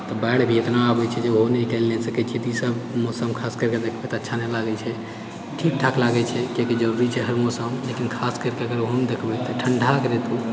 तऽ बाढ़ि भी इतना आबैत छै जे निकलि नहि सकैत छिऐ तऽ ई सब मौसम खास करिके देखबै तऽ अच्छा नहि लागैत छै ठीक ठाक लागैत छै किआकि जरुरी छै हर मौसम लेकिन खास करिके अगर ओहूमे देखबै तऽ ठण्डा